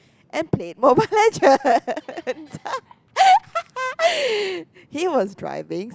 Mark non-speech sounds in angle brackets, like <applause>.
and played Mobile Legends <laughs> he was driving